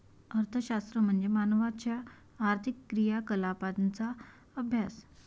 अर्थशास्त्र म्हणजे मानवाच्या आर्थिक क्रियाकलापांचा अभ्यास